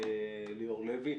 ליאור לוי.